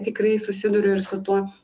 tikrai susiduriu ir su tuo